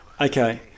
Okay